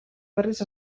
berriz